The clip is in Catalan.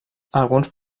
alguns